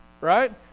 Right